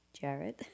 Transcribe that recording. Jared